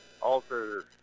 alter